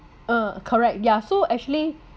ah correct yeah so actually